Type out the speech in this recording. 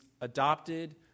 adopted